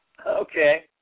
Okay